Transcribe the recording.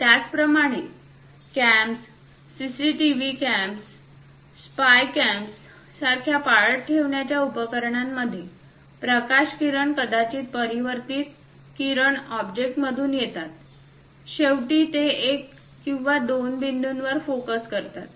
त्याचप्रमाणे cams CCTV cams spy cam सारख्या पाळत ठेवण्याच्या उपकरणांमध्ये प्रकाश किरण कदाचित परावर्तित किरण ऑब्जेक्टमधून येतात शेवटी ते एक किंवा दोन बिंदूवर फोकस करतात